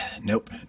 nope